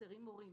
חסרים מורים,